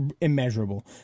immeasurable